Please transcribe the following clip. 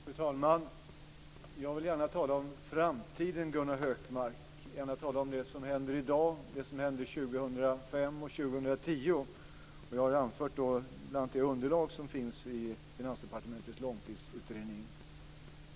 Fru talman! Jag vill gärna tala om framtiden, Gunnar Högmark, om det som händer i dag, det som händer år 2005 och år 2010. Jag har anfört bl.a. det underlag som finns i Finansdepartementets långtidsutredning.